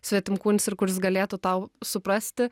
svetimkūnis ir kuris galėtų tau suprasti